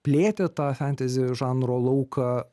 plėtė tą fentezi žanro lauką